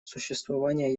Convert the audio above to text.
существование